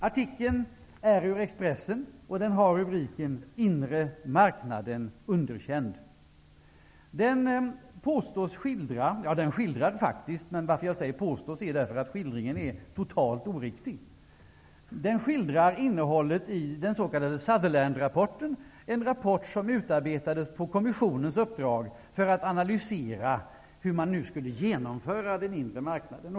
Artikeln står i Expressen och har rubriken ''Inre marknaden underkänd''. Den påstås skildra -- ja, den skildrar faktiskt, men jag säger påstås därför att skildringen är totalt oriktig -- innehållet i den s.k. Sutherlandrapporten, en rapport som utarbetades på kommissionens uppdrag för att analysera hur man nu skulle genomföra den inre marknaden.